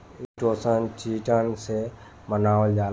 chitosan, chitin से बनावल जाला